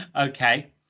Okay